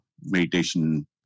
meditation